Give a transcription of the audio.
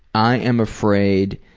i'm afraid